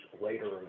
later